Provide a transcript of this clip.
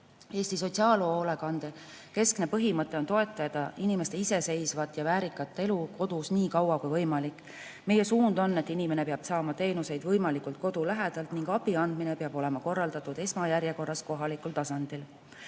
sotsiaalhoolekande keskne põhimõte on toetada inimeste iseseisvat ja väärikat elu kodus nii kaua kui võimalik. Meie suund on, et inimene peab saama teenuseid võimalikult kodu lähedalt ning abi andmine peab olema korraldatud esmajärjekorras kohalikul tasandil.